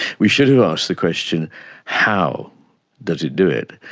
we should have asked the question how does it do it,